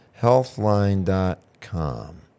Healthline.com